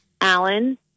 Alan